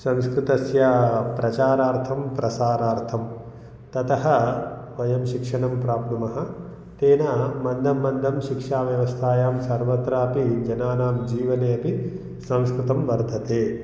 संस्कृतस्य प्रचारार्थं प्रसारार्थं ततः वयं शिक्षणं प्राप्नुमः तेन मन्दं मन्दं शिक्षाव्यवस्थायां सर्वत्रापि जनानां जीवने अपि संस्कृतं वर्धते